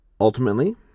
Ultimately